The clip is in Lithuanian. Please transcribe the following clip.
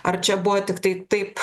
ar čia buvo tiktai taip